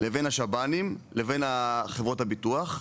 לבין השב"נים, לבין חברות הביטוח,